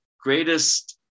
greatest